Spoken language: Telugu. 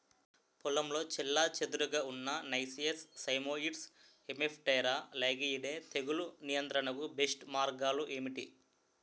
పొలంలో చెల్లాచెదురుగా ఉన్న నైసియస్ సైమోయిడ్స్ హెమిప్టెరా లైగేయిడే తెగులు నియంత్రణకు బెస్ట్ మార్గాలు ఏమిటి?